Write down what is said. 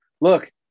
look